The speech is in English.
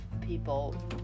people